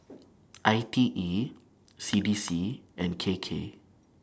I T E C D C and K K